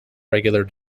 regular